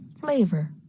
flavor